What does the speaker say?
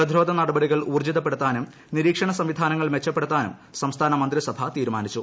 പ്രതിരോധ നടപടികൾ ഊർജ്ജിതപ്പെടുത്താനും നിരീക്ഷണ സംവിധാനങ്ങൾ മെച്ചപ്പെടുത്താനും സംസ്ഥാന മന്ത്രിസഭ തീരുമാനിച്ചു